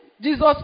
Jesus